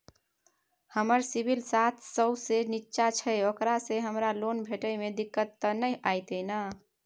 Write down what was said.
हमर सिबिल सात सौ से निचा छै ओकरा से हमरा लोन भेटय में दिक्कत त नय अयतै ने?